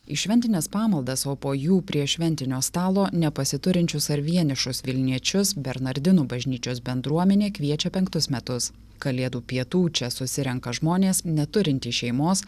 į šventines pamaldas o po jų prie šventinio stalo nepasiturinčius ar vienišus vilniečius bernardinų bažnyčios bendruomenė kviečia penktus metus kalėdų pietų čia susirenka žmonės neturintys šeimos